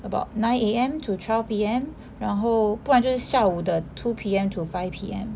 about nine A_M to twelve P_M 然后不然就下午的 two P_M to five P_M